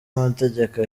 amategeko